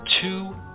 two